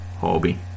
hobby